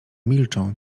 milczą